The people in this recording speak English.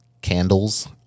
candles